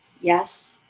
yes